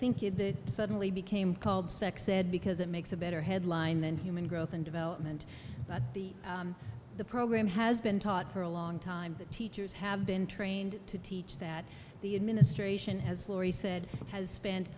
think it suddenly became called sex ed because it makes a better headline than human growth and development but the the program has been taught her a long time the teachers have been trained to teach that the administration has laurie said